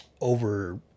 over